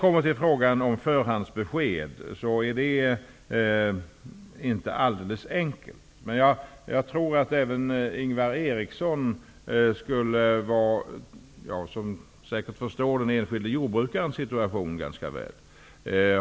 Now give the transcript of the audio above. Frågan om förhandsbesked är inte alldeles enkel. Ingvar Eriksson förstår säkert den enskilde jordbrukarens situation ganska väl.